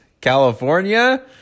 California